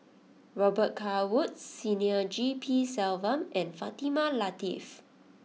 Robet Carr Woods Senior G P Selvam and Fatimah Lateef